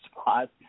spot